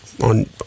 on